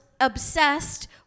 obsessed